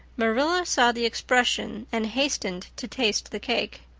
marilla saw the expression and hastened to taste the cake.